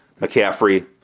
McCaffrey